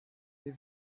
you